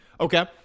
Okay